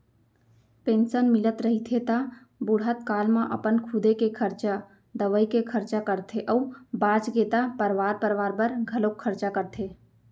pension मिलत रहिथे त बुड़हत काल म अपन खुदे के खरचा, दवई के खरचा करथे अउ बाचगे त परवार परवार बर घलोक खरचा करथे